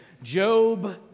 Job